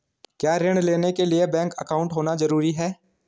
क्या ऋण लेने के लिए बैंक अकाउंट होना ज़रूरी है?